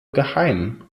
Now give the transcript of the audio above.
geheim